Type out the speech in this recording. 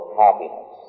happiness